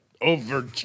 Over